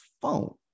phone